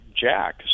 Jack